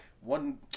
one